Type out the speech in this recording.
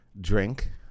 Drink